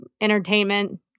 entertainment